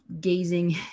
gazing